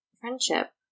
friendship